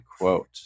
quote